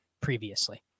previously